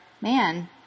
Man